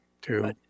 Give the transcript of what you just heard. two